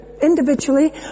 individually